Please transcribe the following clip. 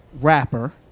rapper